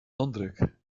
handdruk